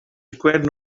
required